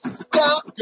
stop